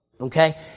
okay